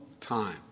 time